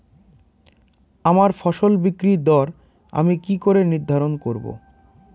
আমার ফসল বিক্রির দর আমি কি করে নির্ধারন করব?